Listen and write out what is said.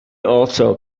also